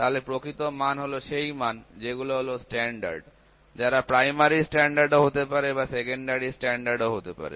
তাহলে প্রকৃত মান হলো সেই মান যেগুলো হলো স্ট্যান্ডার্ড যারা primary standard হতে পারে বা secondary standards হতে পারে